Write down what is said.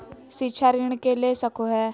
शिक्षा ऋण के ले सको है?